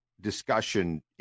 discussion